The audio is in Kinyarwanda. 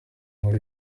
nkuru